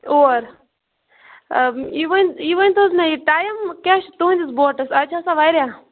اور یہِ ؤنۍ یہِ ؤنۍ تو حظ مےٚ یہِ ٹایم کیاہ چھُ تُہٕنٛدس بوٹس اتہ چھِ آسان واریاہ